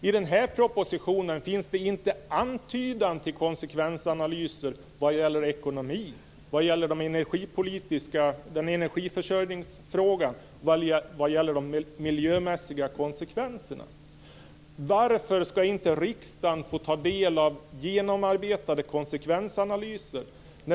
I den här propositionen finns det inte en antydan till konsekvensanalyser vad gäller ekonomin, vad gäller energiförsörjningsfrågan, vad gäller de miljömässiga konsekvenserna. Varför skall inte riksdagen få ta del av genomarbetade konsekvensanalyser?